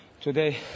Today